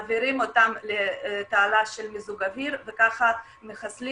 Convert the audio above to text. מעבירים אותם לתעלה של מיזוג אויר וככה מחסלים